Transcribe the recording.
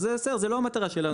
זה זו לא המטרה שלנו.